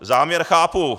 Záměr chápu.